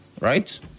right